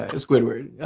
ah squidward.